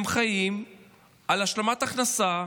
הם חיים על השלמת הכנסה,